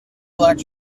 black